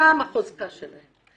זו החוזקה שלהם.